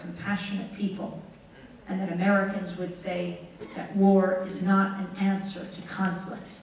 certain passionate people and that americans would say that war is not an answer to a conflict